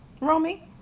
Romy